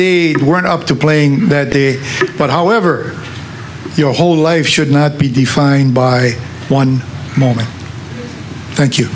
they weren't up to playing that day but however your whole life should not be defined by one moment thank you